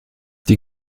die